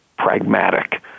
pragmatic